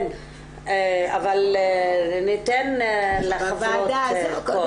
כן, אבל ניתן ניתן לחברות קודם.